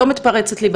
היא